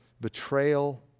betrayal